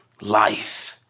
life